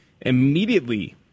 immediately